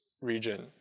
region